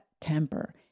temper